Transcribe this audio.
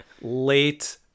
Late